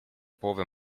połowę